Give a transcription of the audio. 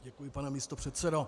Děkuji, pane místopředsedo.